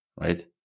right